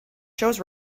shows